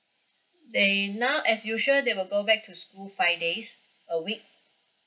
they now as usual they will go back to school five days a week